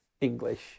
English